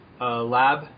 lab